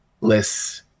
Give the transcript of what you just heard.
less